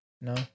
No